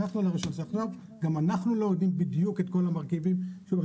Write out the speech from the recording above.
גם אנחנו לומדים בדיוק את כל המרכיבים.